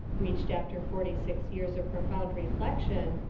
reached after forty-six years of profound reflection,